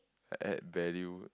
like add value